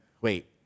Wait